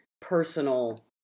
personal